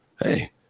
Hey